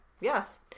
Yes